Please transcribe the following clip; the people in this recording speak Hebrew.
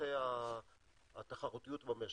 לצורכי התחרותיות במשק.